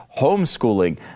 homeschooling